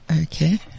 Okay